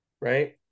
Right